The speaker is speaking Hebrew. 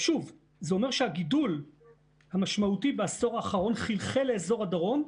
זה אומר שהגידול המשמעותי בעשור האחרון חלחל לאזור הדרום,